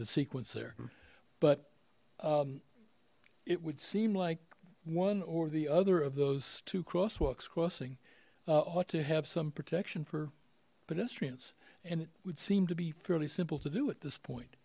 the sequence there but it would seem like one or the other of those two crosswalks crossing ought to have some protection for pedestrians and it would seem to be fairly simple to do at this point